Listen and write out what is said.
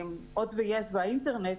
הוט ויס והאינטרנט,